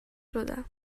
شدم